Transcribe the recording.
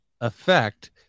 effect